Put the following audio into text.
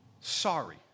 sorry